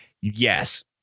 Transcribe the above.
yes